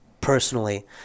personally